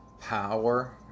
power